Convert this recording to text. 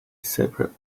separate